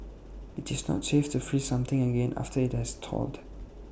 IT is not safe to freeze something again after IT has thawed